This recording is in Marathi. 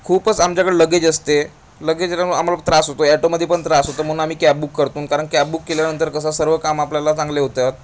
खूपच आमच्याकडं लगेज असते लगेज आम्हाला त्रास होतो ॲटोमध्ये पण त्रास होतो म्हणून आम्ही कॅब बुक करतून कारण कॅब बुक केल्यानंतर कसं सर्व काम आपल्याला चांगले होतात